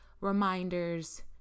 reminders